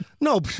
No